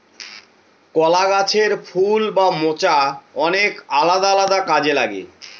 কলা গাছের ফুল বা মোচা অনেক আলাদা আলাদা কাজে লাগে